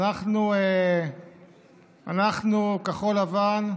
אנחנו, כחול לבן,